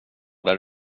där